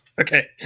Okay